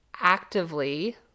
actively